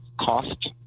cost